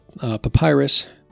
Papyrus